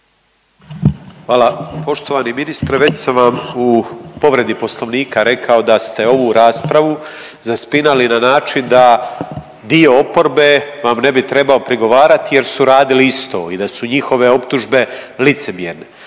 Hvala. Poštovani ministre, već sam vam u povredi poslovnika rekao da ste ovu raspravu zaspinali na način da dio oporbe vam ne bi trebao prigovarat jer su radili isto i da su njihove optužbe licemjerne